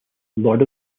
lord